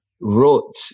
wrote